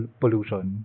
pollution